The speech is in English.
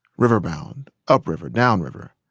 riverbound. upriver. downriver.